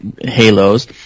halos